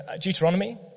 Deuteronomy